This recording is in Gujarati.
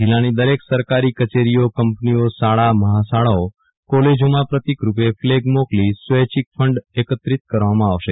જિલ્લાની દરક સરકારી કચેરીઓ કંપનીઓ શાળા મહાશાળાઓ કોલેજોમાં પતિકરૂપે ફલગ મોકલી સ્વૈચ્છિક ફંડ અકાત્રિત કરવામાં આવશે